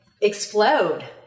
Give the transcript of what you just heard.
explode